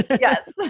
Yes